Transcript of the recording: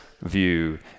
view